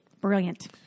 Brilliant